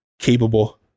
capable